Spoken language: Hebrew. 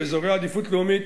באזורי עדיפות לאומית.